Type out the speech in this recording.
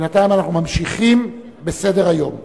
בינתיים אנחנו ממשיכים בסדר-היום,